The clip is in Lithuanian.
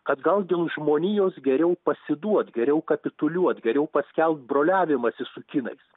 kad gal dėl žmonijos geriau pasiduot geriau kapituliuot geriau paskelbt broliavimasi su kinais